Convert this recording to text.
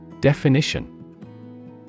Definition